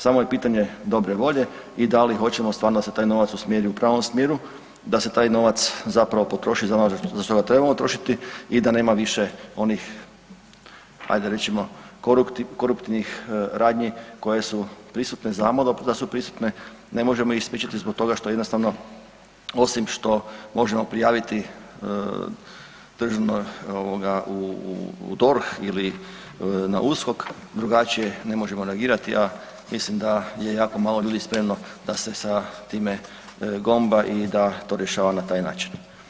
Samo je pitanje dobre volje i da li hoćemo stvarno da se taj novac usmjeri u pravom smjeru, da se taj novac zapravo potroši za ono za što ga trebamo trošiti i da nema više onih ajde recimo koruptivnih radnji koje su prisutne, znamo da su prisutne, ne možemo ih spriječiti zbog toga što jednostavno osim što možemo prijaviti državno ovoga u DORH ili na USKOK drugačije ne možemo reagirati, a mislim da je jako malo ljudi spremno da se sa time gomba i da to rješava na taj način.